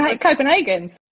Copenhagen's